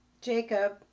Jacob